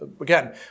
again